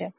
है